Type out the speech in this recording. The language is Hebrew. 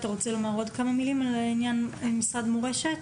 אתה רוצה לומר עוד כמה מלים על עניין משרד מורשת?